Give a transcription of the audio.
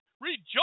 Rejoice